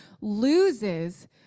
loses